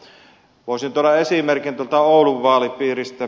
voisin tuoda esimerkin tuolta oulun vaalipiiristä